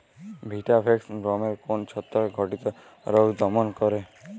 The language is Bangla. ভিটাভেক্স গমের কোন ছত্রাক ঘটিত রোগ দমন করে?